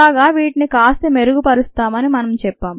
కాగా వీటిని కాస్త మెరుగుపరుస్తామని మనం చెప్పాం